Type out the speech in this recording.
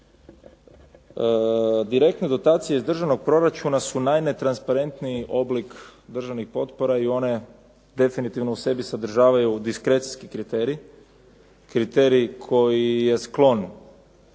Direktne dotacije iz državnog proračuna su naime transparentniji oblik državnih potpora i one definitivno u sebi sadržavaju diskrecijski kriterij, kriterij koji je sklon